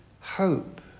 hope